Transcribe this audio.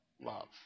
Love